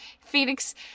Phoenix